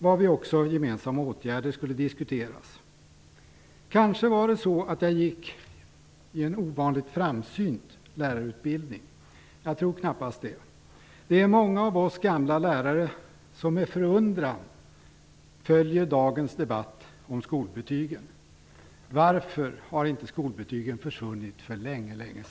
Då skulle också gemensamma åtgärder diskuteras. Jag gick kanske i en ovanligt framsynt lärarutbildning. Men jag tror knappast det. Det är många av oss gamla lärare som med förundran följer dagens debatt om skolbetygen. Varför har inte skolbetygen försvunnit för länge sedan?